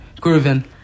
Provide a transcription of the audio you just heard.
grooving